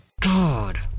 God